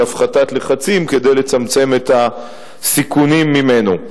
הפחתת לחצים כדי לצמצם את הסיכונים ממנו.